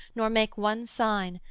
nor make one sign,